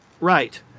right